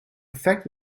perfect